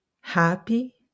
happy